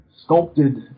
sculpted